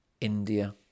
India